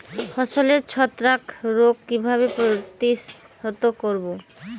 ফসলের ছত্রাক রোগ কিভাবে প্রতিহত করব?